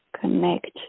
connect